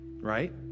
right